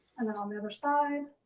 and then on the other side.